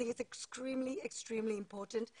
אני יכול לתת לכם דוגמאות מהחודשים האחרונים.